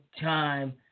time